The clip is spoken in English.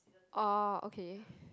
oh okay